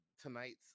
tonight's